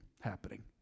happening